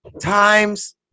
Times